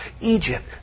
Egypt